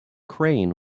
crane